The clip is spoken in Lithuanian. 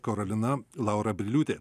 karolina laura briliūtė